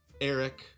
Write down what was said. Eric